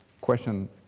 question